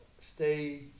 Stay